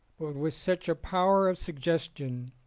with such a power of suggestion,